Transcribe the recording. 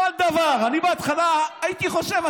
כל דבר אני בהתחלה הייתי חושב,